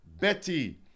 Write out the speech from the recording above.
Betty